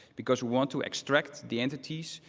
because we want to extract the entities.